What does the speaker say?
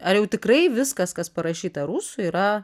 ar jau tikrai viskas kas parašyta rusų yra